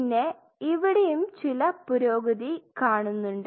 പിന്നെ ഇവിടെയും ചില പുരോഗതി കാണുന്നുണ്ട്